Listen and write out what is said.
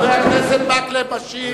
חבר הכנסת מקלב משיב.